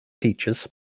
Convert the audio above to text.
teachers